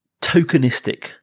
tokenistic